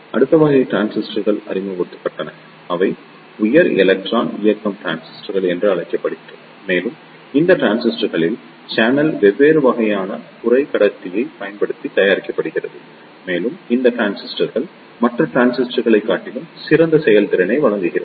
எனவே அடுத்த வகை டிரான்சிஸ்டர்கள் அறிமுகப்படுத்தப்பட்டன அவை உயர் எலக்ட்ரான் இயக்கம் டிரான்சிஸ்டர்கள் என அழைக்கப்படுகின்றன மேலும் இந்த டிரான்சிஸ்டர்களில் சேனல் வெவ்வேறு வகையான குறைக்கடத்தியைப் பயன்படுத்தி தயாரிக்கப்படுகிறது மேலும் இந்த டிரான்சிஸ்டர்கள் மற்ற டிரான்சிஸ்டர்களைக் காட்டிலும் சிறந்த செயல்திறனை வழங்குகிறது